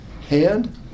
hand